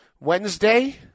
Wednesday